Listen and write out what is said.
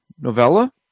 novella